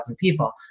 people